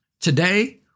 Today